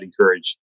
encourage